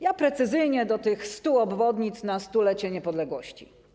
Ja precyzyjnie do tych 100 obwodnic na stulecie niepodległości.